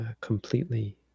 completely